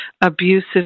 abusive